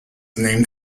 named